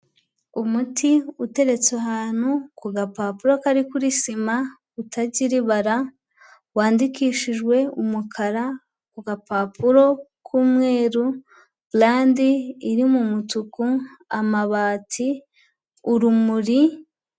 Umuti uteretse ahantu ku gapapuro kari kuri sima, utagira ibara wandikishijwe umukara ku gapapuro k'umweru, brand iri mu mutuku, amabati, urumuri.